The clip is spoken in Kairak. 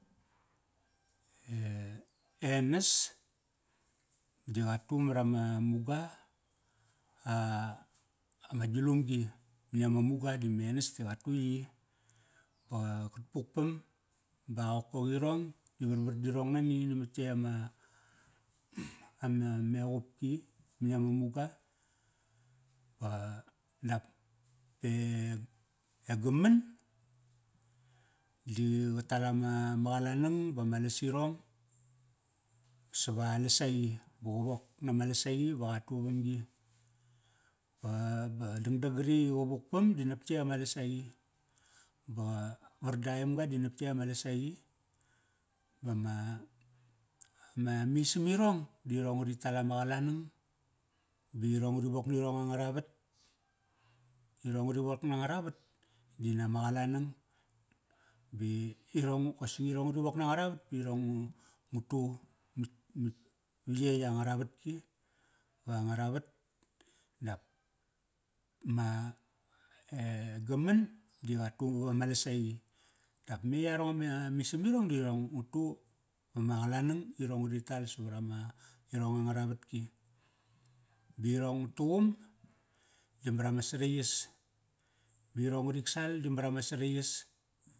e enas di qa tu marama muga, a, ama gilumgi mani ama muga di me enas di qa tu yi. Ba qat pukpam ba qokogirong di varvar dirong nani namat yey ama ama, mequpki mani ama muga. Ba qa, dap e gaman di qa tal ama, ma qalanang bama lasirong sava lasaqi ba qa wok nama lsasqi va qa tu vamgi. Ba, ba dangdang qri i qa vukpam, di nap yey ama lasaqi. Ba qa, var da emga di nap yey ama lasaqi. Bama, ma, misam irong, dirong ngari tal ama qalanang ba irong ngari work nirong angara vat. Irong ngari wok na ngara vat di nama qalanang. Di irong kosi iorng ngari wok na ngara vat, da irong nga, nga tu, mat, mat, va yey angara vatki, va ngara vat. Dap ma, e gaman di qa tu vama lasaqi dap me yarong a misam irong dirong nga tu va ma qalanang. Irong ngari tal savarama, irong angara vatki. Ba irong nga tuqum di marama saraiyas. Ba irong ngarik sal di marama saraiyas.